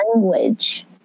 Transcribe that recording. language